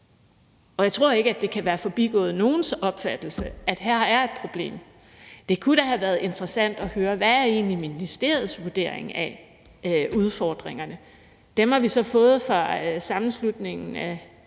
og jeg tror ikke, det kan være forbigået nogens opmærksomhed, at her er et problem. Det kunne da have været interessant at høre, hvad ministeriets vurdering af udfordringerne egentlig er. Dem har vi så fået fra Sammenslutningen af